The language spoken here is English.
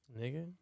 Nigga